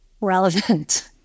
relevant